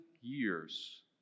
years